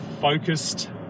focused